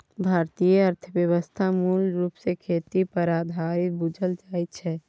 भारतीय अर्थव्यवस्था मूल रूप सँ खेती पर आधारित बुझल जाइ छै